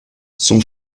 son